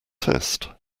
test